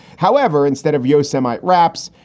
however, instead of yo semite raps,